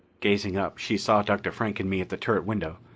gazing up, she saw dr. frank and me at the turret window,